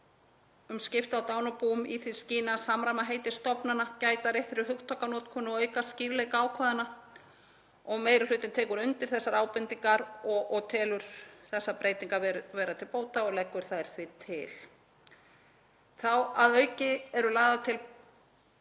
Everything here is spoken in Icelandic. um skipti á dánarbúum í því skyni að samræma heiti stofnana, gæta að réttri hugtakanotkun og auka skýrleika ákvæðanna. Meiri hlutinn tekur undir þessar ábendingar, telur þessar breytingar vera til bóta og leggur þær því til. Að auki eru lagðar til